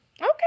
Okay